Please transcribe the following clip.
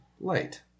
Light